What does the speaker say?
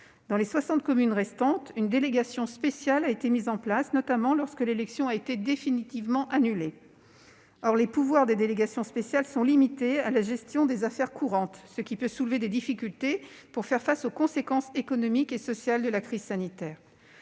Dans les 60 communes restantes, une délégation spéciale a été mise en place, notamment lorsque l'élection a été définitivement annulée. Or les pouvoirs des délégations spéciales sont limités à la gestion des affaires courantes, ce qui peut créer des complications pour apporter une réponse aux conséquences économiques et sociales de la crise sanitaire.